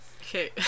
okay